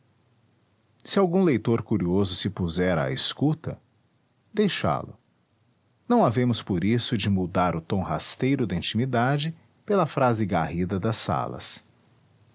se algum leitor curioso se puser à escuta deixá-lo não havemos por isso de mudar o tom rasteiro da intimidade pela frase garrida das salas